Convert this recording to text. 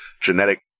genetic